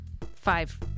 Five